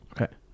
Okay